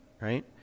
right